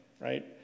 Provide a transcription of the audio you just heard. right